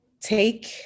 take